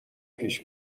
پیش